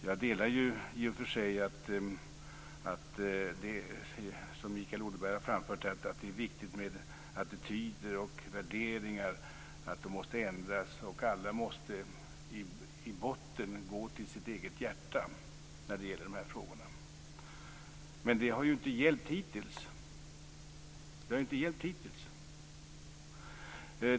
Jag delar i och för sig den uppfattning som Mikael Odenberg har framfört om att det är viktigt med attityder och värderingar, att de måste ändras och att alla i botten måste gå till sitt eget hjärta i de här frågorna. Men det har inte hjälpt hittills!